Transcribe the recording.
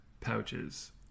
pouches